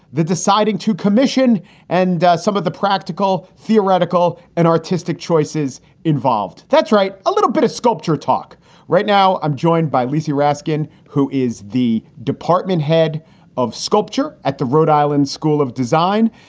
the deciding to commission and some of the practical, theoretical and artistic choices involved. that's right. a little bit of sculpture talk right now. i'm joined by lisa raschein, who is the department head of sculpture at the rhode island school of design.